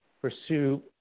pursue